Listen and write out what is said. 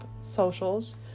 socials